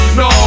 no